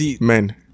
men